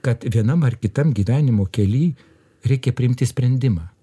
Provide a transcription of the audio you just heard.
kad vienam ar kitam gyvenimo kely reikia priimti sprendimą